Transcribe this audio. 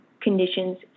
conditions